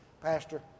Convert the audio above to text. Pastor